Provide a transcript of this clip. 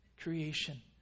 creation